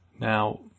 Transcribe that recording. Now